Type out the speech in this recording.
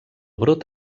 brot